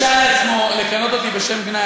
זה בסדר שאתם מאחדים אתם פעולה.